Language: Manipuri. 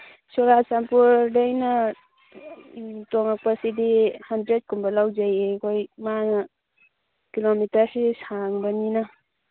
ꯆꯨꯔꯆꯥꯟꯄꯨꯔꯗꯩꯅ ꯇꯣꯡꯉꯛꯄꯁꯤꯗꯤ ꯍꯟꯗ꯭ꯔꯦꯠꯀꯨꯝꯕ ꯂꯧꯖꯩꯌꯦ ꯑꯩꯈꯣꯏ ꯃꯥꯅ ꯀꯤꯂꯣꯃꯤꯇꯔꯁꯤ ꯁꯥꯡꯕꯅꯤꯅ